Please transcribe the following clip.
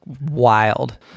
wild